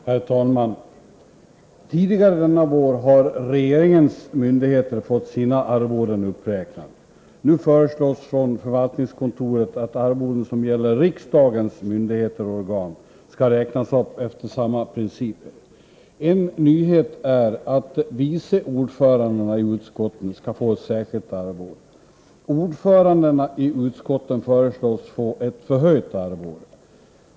Herr talman! Tidigare denna vår har regeringens myndigheter fått sina arvoden uppräknade. Nu föreslås från förvaltningskontoret att arvoden som gäller riksdagens myndigheter och organ skall räknas upp efter samma principer. En nyhet är att vice ordförandena i utskotten skall få ett särskilt arvode. Ordförandena i utskotten föreslås få ett förhöjt arvode.